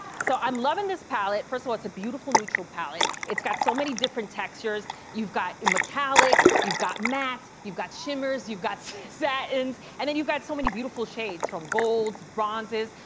so i'm loving this palette. first of all, it's a beautiful neutral palette. it's got so many different textures. you've got metallics, you've got mattes, you've got shimmers, you've got satins. and then you've got so many beautiful shades, from golds, bronzes,